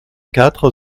quatre